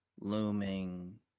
looming